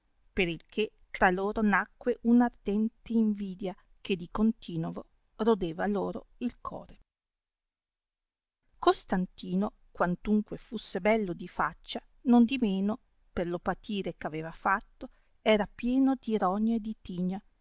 per il che tra loro nacque una ardente invidia che di continovo rodeva loro il core costantino quantunqne fusse bello di faccia nondimeno per lo patire eh aveva fatto era pieno di rogna e di tigna